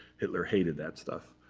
hitler hated that stuff.